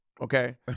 Okay